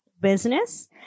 business